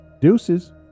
deuces